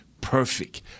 perfect